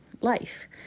life